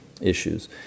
issues